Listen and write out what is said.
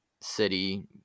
city